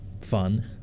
fun